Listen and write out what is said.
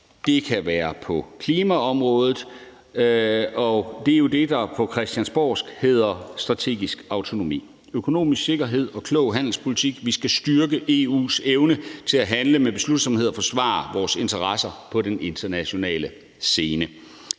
Det kan være på klimaområdet. Det er jo det, der på christiansborgsk hedder strategisk autonomi og handler om økonomisk sikkerhed og klog handelspolitik. Vi skal styrke EU's evne til at handle med beslutsomhed og forsvare vores interesser på den internationale scene.